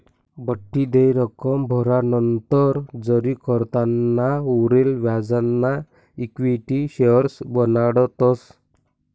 बठ्ठी देय रक्कम भरानंतर जारीकर्ताना उरेल व्याजना इक्विटी शेअर्स बनाडतस